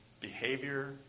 behavior